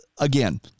Again